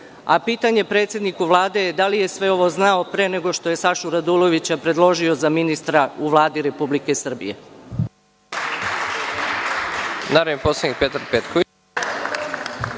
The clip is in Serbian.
istinu. Pitanje predsedniku Vlade je da li je sve ovo znao pre nego što je Sašu Radulovića predložio za ministra u Vladi Republike Srbije?